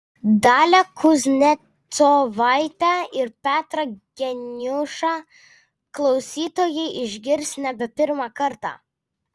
dalią kuznecovaitę ir petrą geniušą klausytojai išgirs nebe pirmą kartą